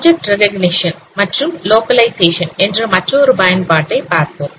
object recognition மற்றும் localisation என்ற மற்றொரு பயன்பாட்டை பார்ப்போம்